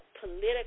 political